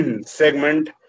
segment